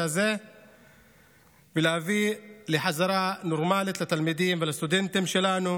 הזה ולהביא לחזרה נורמלית של התלמידים והסטודנטים שלנו